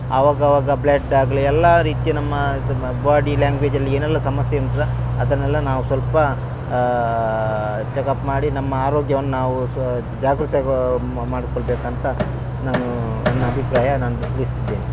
ಆವಾಗ ಆವಾಗ ಬ್ಲಡ್ ಆಗಲಿ ಎಲ್ಲಾ ರೀತಿ ನಮ್ಮ ಇದು ಬಾಡಿ ಲ್ಯಾಂಗ್ವೇಜಲ್ಲಿ ಏನೆಲ್ಲ ಸಮಸ್ಯೆ ಇರ್ತದ ಅದನ್ನೆಲ್ಲ ನಾವು ಸ್ವಲ್ಪ ಚೆಕ್ಅಪ್ ಮಾಡಿ ನಮ್ಮ ಆರೋಗ್ಯವನ್ನ ನಾವು ಸಾ ಜಾಗ್ರತೆ ಮಾಡ್ಕೊಳ್ಬೇಕಂತ ನಾನು ನನ್ನ ಅಭಿಪ್ರಾಯ ನಾನು ತಿಳಿಸ್ತಿದ್ದೀನಿ